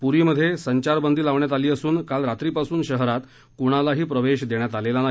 पूरीमध्ये curfew लावण्यात आला असून काल रात्रीपासून शहरात कुणालाही प्रवेश देण्यात आलेला नाही